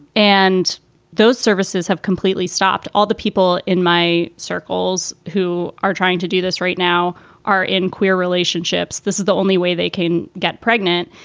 and those services have completely stopped. all the people in my circles who are trying to do this right now are in queer relationships. this is the only way they can get pregnant.